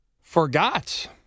Forgot